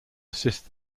assist